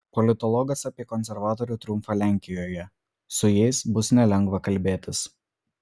politologas apie konservatorių triumfą lenkijoje su jais bus nelengva kalbėtis